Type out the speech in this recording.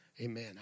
Amen